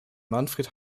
manfred